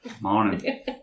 morning